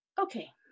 Okay